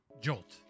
jolt